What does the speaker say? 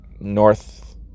North